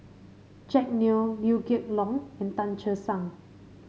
Jack Neo Liew Geok Leong and Tan Che Sang